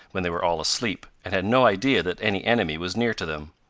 when they were all asleep, and had no idea that any enemy was near to them.